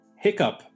hiccup